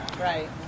Right